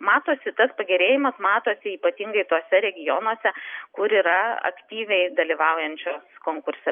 matosi tas pagerėjimas matosi ypatingai tuose regionuose kur yra aktyviai dalyvaujančios konkurse